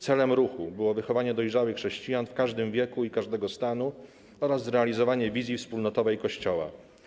Celem ruchu było wychowanie dojrzałych chrześcijan w każdym wieku i każdego stanu oraz zrealizowanie wizji wspólnotowej Kościoła.